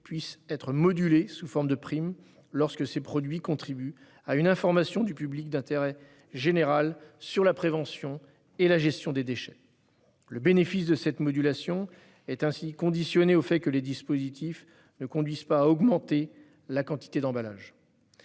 puisse être modulé sous forme de prime, lorsque ces produits contribuent à une information du public d'intérêt général sur la prévention et la gestion des déchets. Le bénéfice de cette modulation est ainsi conditionné au fait que les dispositifs ne conduisent pas à augmenter la quantité d'emballages.